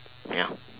ya